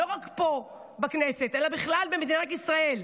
לא רק פה בכנסת אלא בכלל במדינת ישראל,